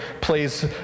plays